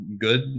good